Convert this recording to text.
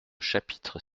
chapitre